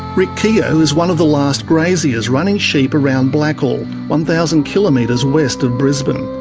rick keogh is one of the last graziers running sheep around blackall, one thousand kilometres west of brisbane.